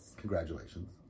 Congratulations